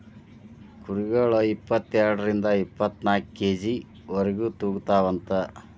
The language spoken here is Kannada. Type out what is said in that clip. ಕುರಿಗಳ ಇಪ್ಪತೆರಡರಿಂದ ಇಪ್ಪತ್ತನಾಕ ಕೆ.ಜಿ ವರೆಗು ತೂಗತಾವಂತ